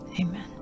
amen